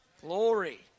Glory